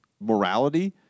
Morality